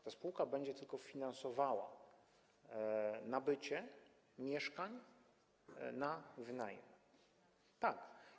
Ta spółka będzie tylko finansowała nabycie mieszkań na wynajem.